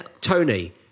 Tony